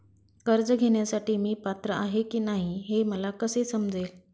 कर्ज घेण्यासाठी मी पात्र आहे की नाही हे मला कसे समजेल?